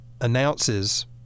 announces